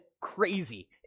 crazy